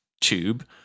tube